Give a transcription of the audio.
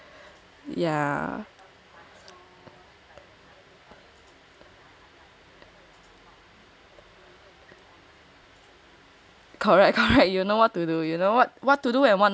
yeah correct correct you will know what to do you know what to do and what not to do